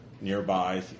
nearby